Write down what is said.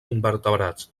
invertebrats